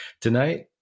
Tonight